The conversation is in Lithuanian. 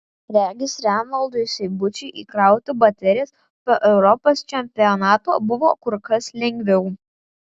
regis renaldui seibučiui įkrauti baterijas po europos čempionato buvo kur kas lengviau